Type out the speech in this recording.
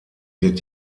wird